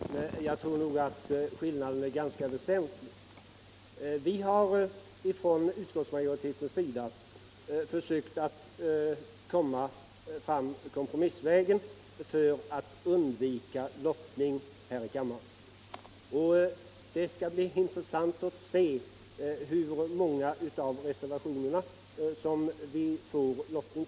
Herr talman! Jag tror nog att skillnaden är ganska väsentlig. Vi har från utskottsmajoritetens sida försökt komma fram kompromissvägen för att undvika lottning här i kammaren. Det skall bli intressant att se hur många av reservationerna som avgörs med lottning.